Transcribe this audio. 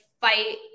fight